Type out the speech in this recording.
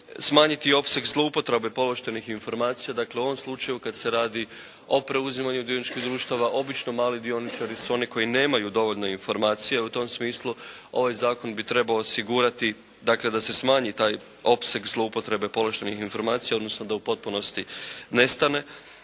smanjiti opseg zloupotrebe povlaštenih informacija. Dakle, u ovom slučaju kad se radi o preuzimanju dioničkih društava obično mali dioničari su oni koji nemaju dovoljno informacija u tom smislu. Ovaj zakon bi trebao osigurati dakle da se smanji taj opseg zloupotrebe povlaštenih informacija odnosno da u potpunosti nestane.